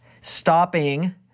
Stopping